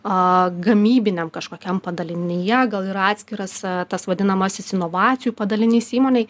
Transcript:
a gamybiniam kažkokiam padalinyje gal ir atskiras tas vadinamasis inovacijų padalinys įmonėj